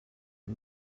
ond